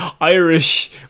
Irish